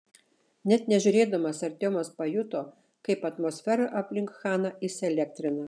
net nežiūrėdamas artiomas pajuto kaip atmosfera aplink chaną įsielektrina